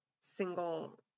single